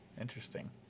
Interesting